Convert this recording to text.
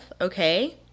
Okay